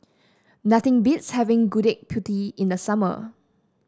nothing beats having Gudeg Putih in the summer